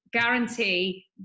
Guarantee